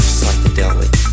psychedelic